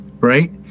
right